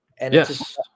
Yes